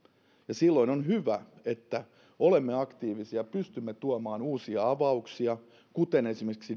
silloin on hyvä että olemme aktiivisia ja pystymme tuomaan uusia avauksia kuten esimerkiksi